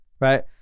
right